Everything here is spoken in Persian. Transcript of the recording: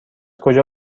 کجا